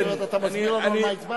זאת אומרת, אתה מסביר לנו על מה הצבענו.